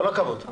כל הכבוד.